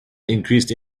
increased